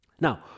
Now